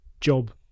job